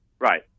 Right